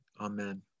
Amen